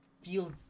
feel